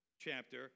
chapter